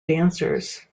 dancers